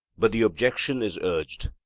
but the objection is urged,